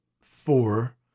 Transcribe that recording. four